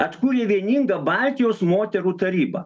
atkūrė vieningą baltijos moterų tarybą